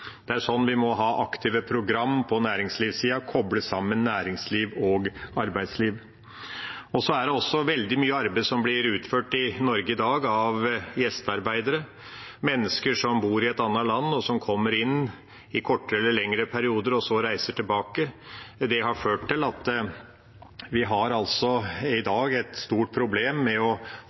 Det er sånn vi må ha aktive program på næringslivssida – kople sammen næringsliv og arbeidsliv. Det er i dag også veldig mye arbeid i Norge som blir utført av gjestearbeidere, mennesker som bor i et annet land, og som kommer inn i kortere eller lengre perioder og så reiser tilbake. Det har ført til at vi i dag har et stort problem med å